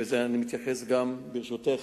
גם ברשותך,